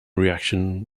reaction